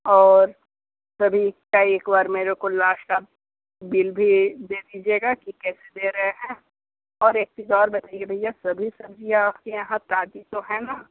और सभी का एक बार मेरे को लास्ट का बिल भी दे दीजिएगा कि कैसे दे रहे हैं और एक चीज़ और बताइए भैया सभी सब्ज़ियाँ आपके यहाँ ताज़ी तो है ना